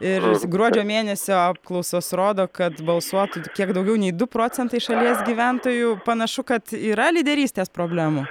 ir gruodžio mėnesio apklausos rodo kad balsuotų kiek daugiau nei du procentai šalies gyventojų panašu kad yra lyderystės problemų